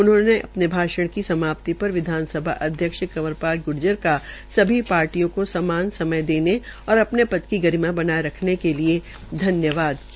उन्होंने अपने भाषण की समाप्ति पर विधानसभा अध्यक्ष कंवर पाल ग्र्जर का सभी पार्टियों को समान समय देने और अपने पद की गरिमा बनाये रखने के लिये धन्यवाद किया